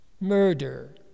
Murder